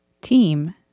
Team